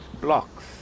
blocks